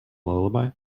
lullaby